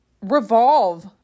revolve